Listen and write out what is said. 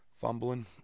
fumbling